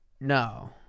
No